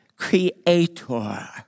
creator